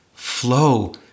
flow